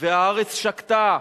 והארץ שקטה.